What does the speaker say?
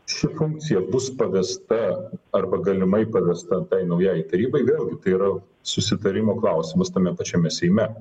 ši funkcija bus pavesta arba galimai pavesta tai naujai tarybai vėlgi tai yra susitarimo klausimas tame pačiame seime